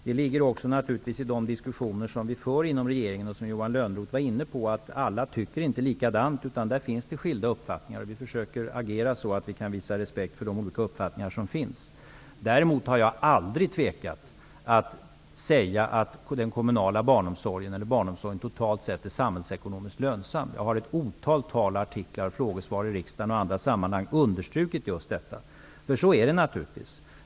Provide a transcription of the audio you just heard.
Det ligger naturligtvis också i de diskussioner som vi för inom regeringen och som Johan Lönnroth var inne på att alla inte tycker likadant. Där finns det skilda uppfattningar. Vi försöker agera så att vi kan visa respekt för de olika uppfattningar som finns. Jag har däremot aldrig tvekat att säga att den kommunala barnomsorgen eller barnomsorgen totalt sett är samhällsekonomiskt lönsam. Jag har i ett otal tal, artiklar, frågesvar i riksdagen och i andra sammanhang understrukit just detta. Så är det naturligtvis.